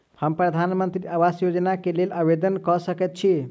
हम प्रधानमंत्री आवास योजना केँ लेल आवेदन कऽ सकैत छी?